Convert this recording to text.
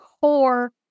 core